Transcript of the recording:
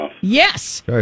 Yes